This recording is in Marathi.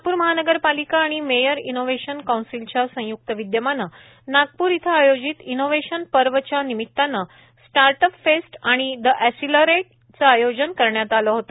नागप्र महानगर पालिका आणि मेयर इनोवेशन काऊंसीलच्या संयुक्त विद्यमाने नागपूर इथं आयोजित इनोव्हेशन पर्व च्या निमित्ताने स्टार्ट अप फेस्ट आणि द अँसिलरेटचे आयोजन करण्यात आले होते